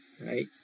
right